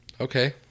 Okay